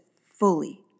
fully